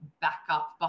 backup